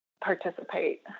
participate